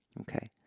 Okay